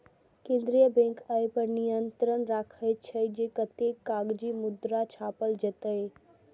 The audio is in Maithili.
केंद्रीय बैंक अय पर नियंत्रण राखै छै, जे कतेक कागजी मुद्रा छापल जेतै